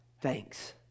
thanks